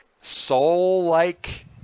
soul-like